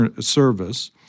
service